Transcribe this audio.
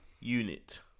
Unit